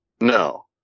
No